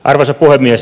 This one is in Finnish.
arvoisa puhemies